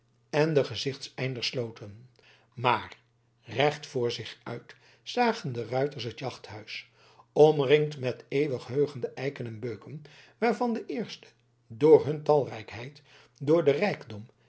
en den gezichteinder sloten maar recht voor zich uit zagen de ruiters het jachthuis omringd met eeuwenheugende eiken en beuken waarvan de eerste door hun talrijkheid door den rijkdom